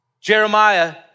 Jeremiah